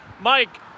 Mike